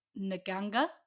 naganga